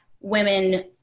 women